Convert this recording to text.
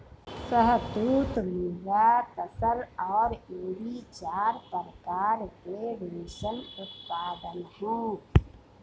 शहतूत, मुगा, तसर और एरी चार प्रकार के रेशम उत्पादन हैं